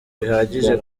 bihagije